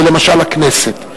למשל הכנסת.